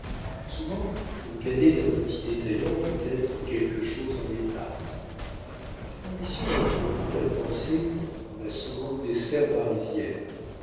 souvent le cadet d'un petit détaillant veut être quelque chose dans l'état cette ambition introduit la pensée dans la seconde des sphères parisiennes